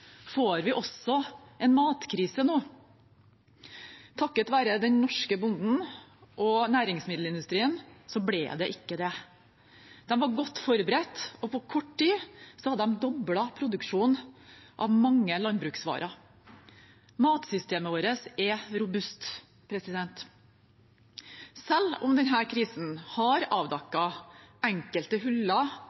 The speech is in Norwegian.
Får vi også en matkrise nå? Takket være den norske bonden og næringsmiddelindustrien ble det ikke det. De var godt forberedt, og på kort tid hadde de doblet produksjonen av mange landbruksvarer. Matsystemet vårt er robust. Selv om denne krisen har avdekket enkelte